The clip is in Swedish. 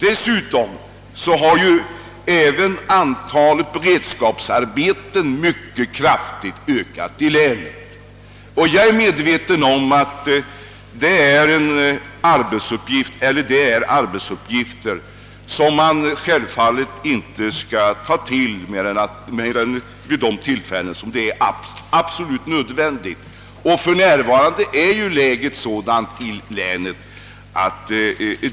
Dessutom har antalet beredskapsarbeten ökat mycket kraftigt i länet. Jag är medveten om att sådana arbetsuppgif ter självfallet inte bör tas till annat än vid de tillfällen då de är absolut nödvändiga, men för närvarande är läget sådant i vårt län.